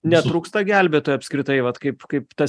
netrūksta gelbėtojų apskritai vat kaip kaip ta